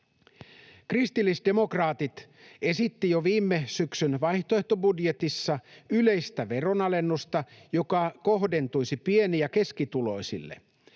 Kristillisdemokraatit esittivät jo viime syksyn vaihtoehtobudjetissa yleistä veronalennusta, joka kohdentuisi pieni- ja keskituloisille.